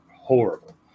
horrible